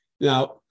Now